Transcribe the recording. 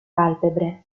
palpebre